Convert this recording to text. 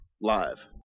live